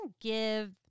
give